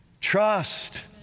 Trust